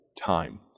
time